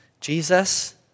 Jesus